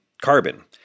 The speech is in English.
carbon